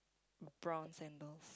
brown sandals